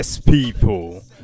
People